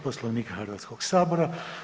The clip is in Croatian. Poslovnika Hrvatskog sabora.